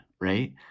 right